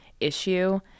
issue